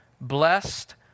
Blessed